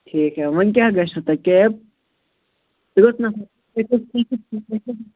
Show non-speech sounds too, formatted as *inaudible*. ٹھیٖک ہے وۅنۍ کیٛاہ گَژھوٕ تۄہہِ کیب تُہۍ کٔژ نفر *unintelligible*